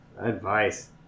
Advice